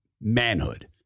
manhood